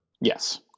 Yes